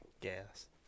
gas